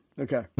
Okay